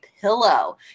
pillow